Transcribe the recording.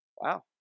Wow